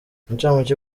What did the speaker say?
incamake